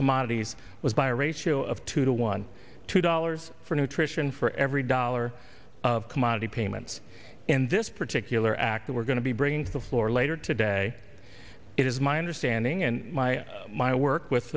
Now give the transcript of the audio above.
commodities was by a ratio of two to one two dollars for nutrition for every dollar commodity payments in this particular act that we're going to be bringing to the floor later today it is my understanding and my my work with